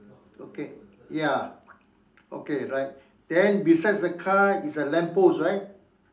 okay ya okay right then besides the car is a lamp post right